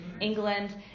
England